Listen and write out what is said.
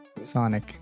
Sonic